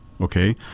okay